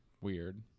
weird